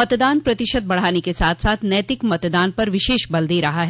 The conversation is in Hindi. मतदान प्रतिशत बढ़ाने के साथ साथ नैतिक मतदान पर विशेष बल दे रहा है